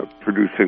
producing